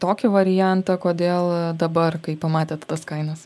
tokį variantą kodėl dabar kai pamatėt tas kainas